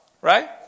Right